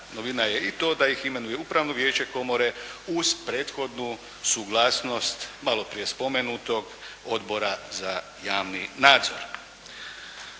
novina je i to da ih imenuje upravno vijeće komore uz prethodnu suglasnost malo prije spomenutog Odbora za javni nadzor.